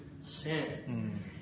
sin